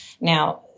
Now